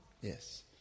Yes